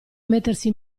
mettersi